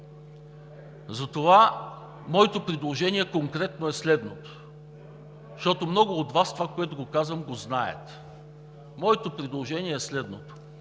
Затова моето предложение конкретно е следното, защото много от Вас знаят това, което казвам. Моето предложение е следното: